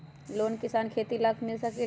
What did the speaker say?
Loan किसान के खेती लाख मिल सकील?